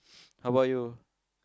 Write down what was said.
how bout you